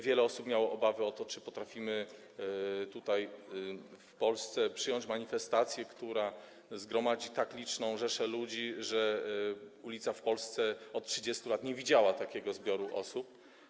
Wiele osób miało obawy, czy potrafimy w Polsce przyjąć manifestację, która zgromadzi tak liczną rzeszę ludzi, jako że ulica w Polsce od 30 lat nie widziała takiego zbiorowiska osób.